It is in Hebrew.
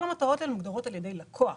כל המטרות מוגדרות על-ידי לקוח.